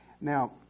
Now